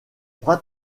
brad